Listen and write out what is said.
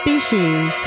Species